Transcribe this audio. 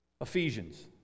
Ephesians